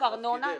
מימרן,